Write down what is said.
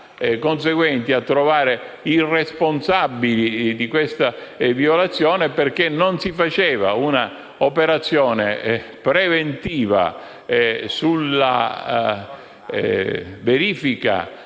conseguenti a trovare i responsabili di tali violazioni perché non si faceva un'operazione preventiva sulla verifica